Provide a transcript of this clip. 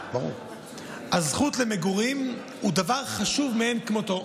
היא דבר חשוב מאין כמותו.